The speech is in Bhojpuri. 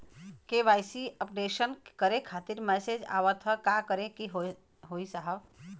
के.वाइ.सी अपडेशन करें खातिर मैसेज आवत ह का करे के होई साहब?